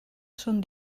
són